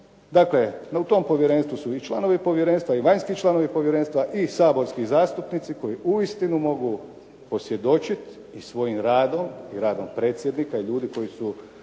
Dakle, u tom povjerenstvu su i članovi povjerenstva i vanjski članovi povjerenstva i saborski zastupnici koji uistinu mogu posvjedočit i svojim radom i radom predsjednika i ljudi koji su